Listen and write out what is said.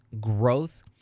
growth